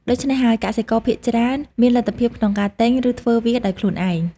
ដូច្នេះហើយ កសិករភាគច្រើនមានលទ្ធភាពក្នុងការទិញ ឬធ្វើវាដោយខ្លួនឯង។